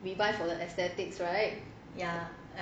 we buy for the aesthetics right